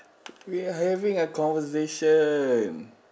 we are having a conversation